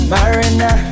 Marina